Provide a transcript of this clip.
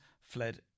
fled